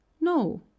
No